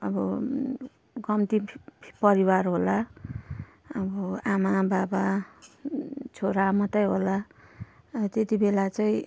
अब कम्ती परिवार होला अब आमा बाबा छोरा मात्रै होला त्यति बेला चाहिँ